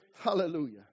Hallelujah